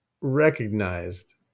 recognized